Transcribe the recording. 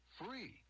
free